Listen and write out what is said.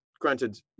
Granted